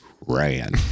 ran